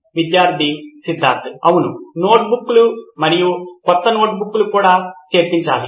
విద్యార్థి సిద్ధార్థ్ అవును నోట్బుక్లు మరియు మనం క్రొత్త నోటు బుక్ ను కూడా చేర్చాలి